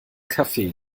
kaffee